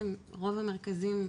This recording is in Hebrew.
ברוב המרכזים,